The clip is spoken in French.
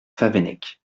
favennec